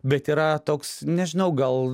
bet yra toks nežinau gal